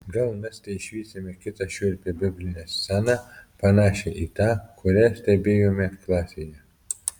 gal mes teišvysime kitą šiurpią biblinę sceną panašią į tą kurią stebėjome klasėje